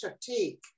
take